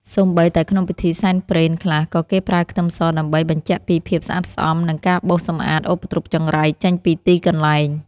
សូម្បីតែក្នុងពិធីសែនព្រេនខ្លះក៏គេប្រើខ្ទឹមសដើម្បីបញ្ជាក់ពីភាពស្អាតស្អំនិងការបោសសម្អាតឧបទ្រពចង្រៃចេញពីទីកន្លែង។